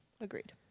agreed